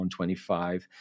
125